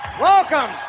Welcome